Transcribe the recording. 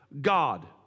God